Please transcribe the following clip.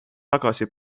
tagasi